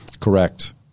Correct